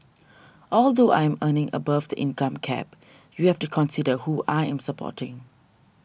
although I'm earning above the income cap you have to consider who I am supporting